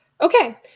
Okay